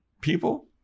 people